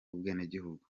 ubwenegihugu